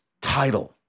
title